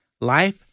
Life